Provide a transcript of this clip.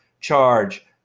Charge